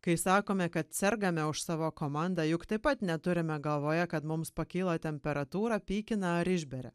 kai sakome kad sergame už savo komandą juk taip pat neturime galvoje kad mums pakyla temperatūra pykina ar išberia